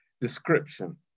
description